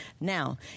Now